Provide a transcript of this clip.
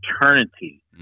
eternity